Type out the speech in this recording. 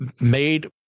made